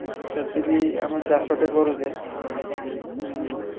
ଯଦି ବି ଆମେ ଚାଷଟେ କରୁଛେ